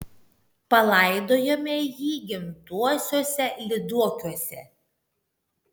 palaidojome jį gimtuosiuose lyduokiuose